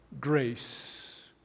grace